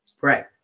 Right